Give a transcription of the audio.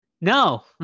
No